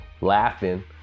laughing